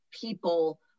people